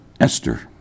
Esther